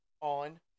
on